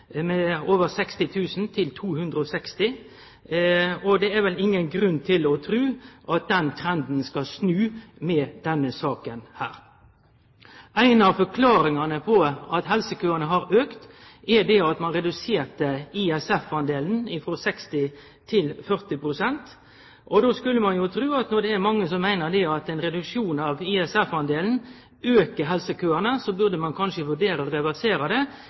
med over 60 000 til 260 000, og det er vel ingen grunn til å tru at den trenden skal snu med denne saka. Ei av forklaringane på at helsekøane har auka, er at ein reduserte ISF-delen frå 60 pst. til 40 pst. Då skulle ein tru at når det er mange som meiner at ein reduksjon av ISF-delen aukar helsekøane, burde ein kanskje vurdere å reversere han. I staden gjer ein det